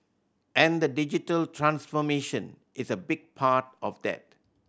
and the digital transformation is a big part of that